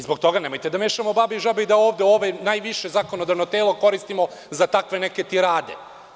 Zbog toga nemojte da mešamo babe i žabe i da ovde ovo najviše zakonodavno telo koristimo za takve neke tirade.